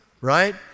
right